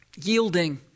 Yielding